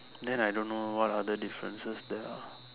then I don't know what other differences there are